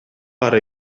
бар